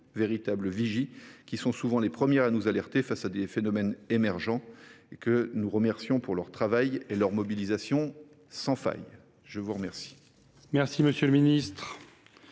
véritables vigies qui sont souvent les premières à nous alerter face à des phénomènes émergents. Nous les remercions de leur travail et de leur mobilisation sans faille. Nous passons